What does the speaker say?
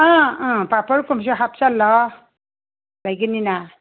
ꯑꯥ ꯑꯥ ꯄꯥꯐꯣꯔꯒꯨꯝꯕꯁꯨ ꯍꯥꯞꯆꯜꯂꯣ ꯂꯩꯒꯅꯤꯅ